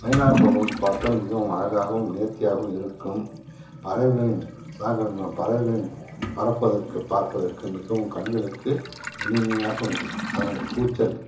பைனாகுலரால் பார்த்தால் மிகவும் அழகாகவும் நேர்த்தியாகவும் இருக்கும் பறவைகளின் பறவைகளின் பறப்பதற்கு பார்ப்பதற்கு மிகவும் கண்களுக்கு இனிமையாகவும் அதனுடைய கூச்சல்